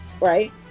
right